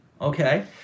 Okay